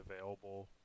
available